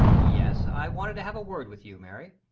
yes i wanted to have a word with you, mary.